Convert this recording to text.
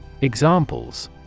Examples